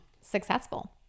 successful